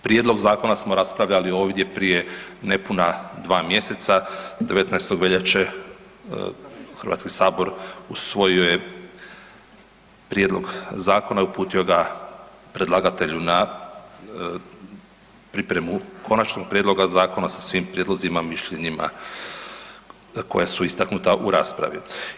Prijedlog zakona smo raspravljali ovdje prije nepuna dva mjeseca, 19. veljače, Hrvatski sabor usvojio je prijedloga zakona i uputio ga predlagatelju na pripremu konačnog prijedloga zakona sa svim prijedlozima, mišljenjima koja su istaknuta u raspravi.